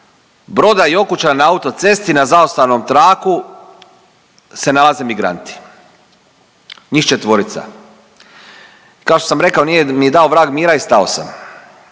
Broda i Okučana na autocesti na zaustavnom traku se nalaze migranti. Njih četvorica. Kao što sam rekao, nije mi dao vrag mira i stao sam.